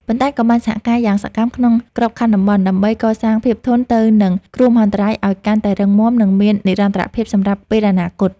ប៉ុន្តែក៏បានសហការយ៉ាងសកម្មក្នុងក្របខ័ណ្ឌតំបន់ ដើម្បីកសាងភាពធន់ទៅនឹងគ្រោះមហន្តរាយឱ្យកាន់តែរឹងមាំ និងមាននិរន្តរភាពសម្រាប់ពេលអនាគត។